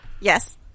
Yes